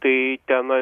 tai ten